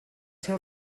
seu